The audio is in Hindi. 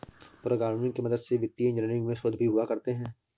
प्रोग्रामिंग की मदद से वित्तीय इन्जीनियरिंग में शोध भी हुआ करते हैं